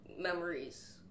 memories